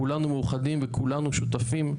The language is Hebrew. כולנו מאוחדים וכולנו שותפים,